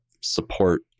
support